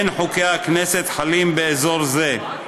אין חוקי הכנסת חלים באזור זה,